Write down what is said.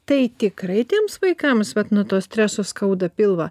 tai tikrai tiems vaikams vat nuo to streso skauda pilvą